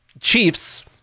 Chiefs